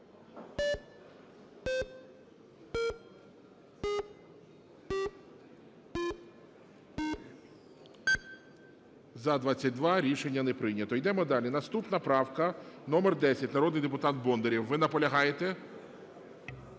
За-22 Рішення не прийнято. Йдемо далі. Наступна правка номер 10, народний депутат Бондарєв. Ви наполягаєте?